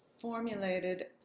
formulated